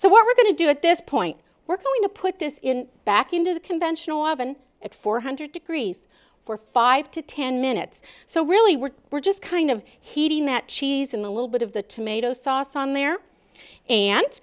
so we're going to do at this point we're going to put this back into the conventional oven at four hundred degrees for five to ten minutes so really we're we're just kind of heating that cheese and a little bit of the tomato sauce on there and